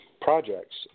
projects